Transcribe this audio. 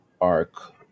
arc